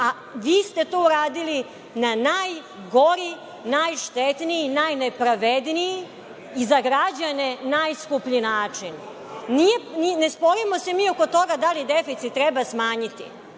A, vi ste to uradili na najgori, najštetniji i najnepravedniji i za građane najskuplji način. Ne sporimo se mi oko toga da li deficit treba smanjiti.